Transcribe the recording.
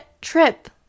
trip